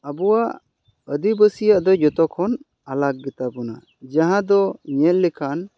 ᱟᱵᱚᱣᱟᱜ ᱟᱹᱫᱤᱵᱟ ᱥᱤᱭᱟᱜ ᱫᱚ ᱡᱚᱛᱚᱠᱷᱚᱱ ᱟᱞᱟᱜᱽ ᱜᱮᱛᱟ ᱵᱚᱱᱟ ᱡᱟᱦᱟᱸ ᱫᱚ ᱧᱮᱞ ᱞᱮᱠᱷᱟᱱ